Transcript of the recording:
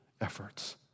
efforts